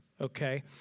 okay